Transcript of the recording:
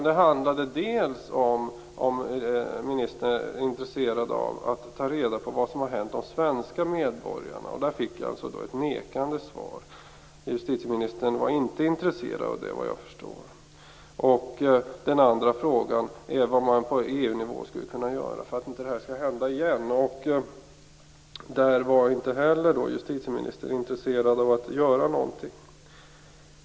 De gällde om ministern är intresserad av att ta reda på vad som har hänt de svenska medborgarna. Där fick jag alltså ett nekande svar. Justitieministern var inte intresserad av det, såvitt jag förstod. Den andra frågan gällde vad man på EU-nivå skulle kunna göra för att inte detta skall hända igen. Där var inte heller justitieministern intresserad av att göra någonting.